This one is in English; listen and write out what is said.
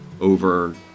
over